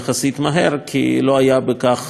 כי לא היה בכך צורך.